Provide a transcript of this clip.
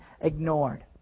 ignored